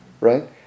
right